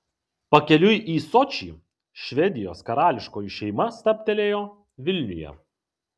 pakeliui į sočį švedijos karališkoji šeima stabtelėjo vilniuje